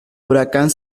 huracán